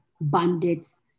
bandits